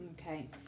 Okay